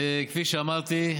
כפי שאמרתי,